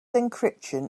encryption